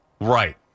Right